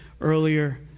earlier